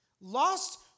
Lost